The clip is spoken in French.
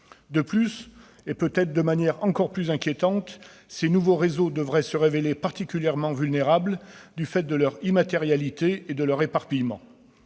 De plus, et peut-être de manière encore plus inquiétante, ces nouveaux réseaux devraient se révéler particulièrement vulnérables du fait de leur immatérialité et de leur éparpillement.